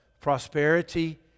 prosperity